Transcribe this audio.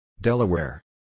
Delaware